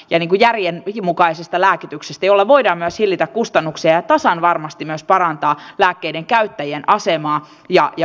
geenikujarien mukaisesta lääkityksestä jolla voidaan myös hillitä kustannuksia ja tasan varmasti myös parantaa lääkkeiden käyttäjän asemaa ja ja